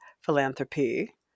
philanthropy